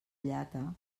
llata